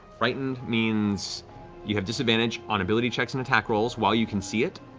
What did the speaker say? frightened means you have disadvantage on ability checks and attack rolls while you can see it,